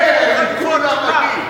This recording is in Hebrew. מכולם דווקא אני?